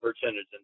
percentage